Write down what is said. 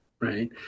right